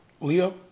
Leo